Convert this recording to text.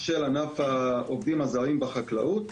של ענף העובדים הזרים בחקלאות,